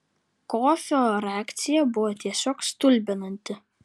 kofio reakcija buvo tiesiog stulbinanti